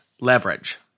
leverage